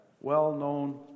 well-known